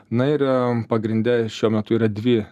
na ir pagrinde šiuo metu yra dvi